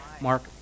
Mark